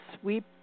sweep